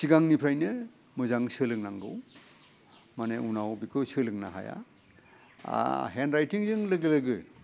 सिगांनिफ्रायनो मोजाङै सोलोंनांगौ माने उनाव बेखौ सोलोंनो हाया हेन्ड राइथिंजों लोगो लोगो